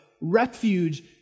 refuge